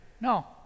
no